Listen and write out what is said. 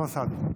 אוסאמה סעדי.